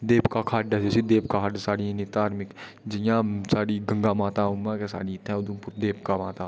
देवका खड्ड इत्थै जि'यां साढ़ी गंगा माता उ'आं साढी देवका माता इत्थै